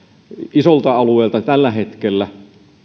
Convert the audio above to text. isolta alueelta tällä hetkellä